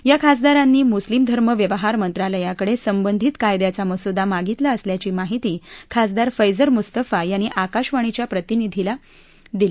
या खासदारांनी मुस्लीम धर्म व्यवहार मंत्रालयाकडे संबंधित कायद्याचा मसुदा मागितला असल्याची माहिती खासदार फैझर मुस्तफा यांनी आकाशवाणीच्या प्रतिनिधीला दिली